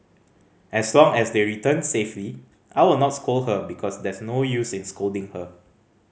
as long as they return safely I will not scold her because there's no use in scolding her